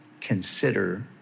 consider